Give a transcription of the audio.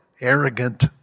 arrogant